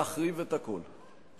להחריב את הכול.